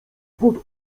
pod